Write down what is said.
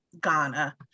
Ghana